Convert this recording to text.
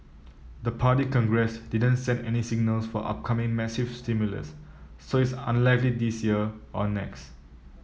the Party Congress didn't send any signals for upcoming massive stimulus so it's unlikely this year or next